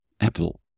Apple